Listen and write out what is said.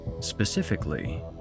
Specifically